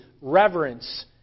reverence